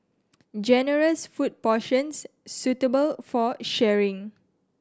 generous food portions suitable for sharing